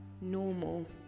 normal